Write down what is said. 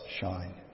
shine